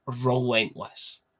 relentless